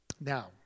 Now